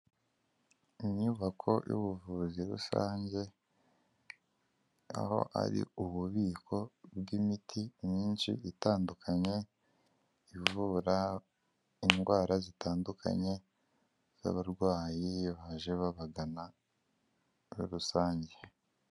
Inyubako y'ubuvuzi rusange aho ari ububiko bw'imiti myinshi itandukanye ivura indwara zitandukanye z'abarwayi iyo baje babagana muri rusange.